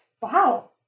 Wow